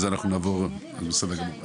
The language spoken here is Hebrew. זה בסדר גמור,